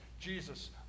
Jesus